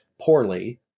poorly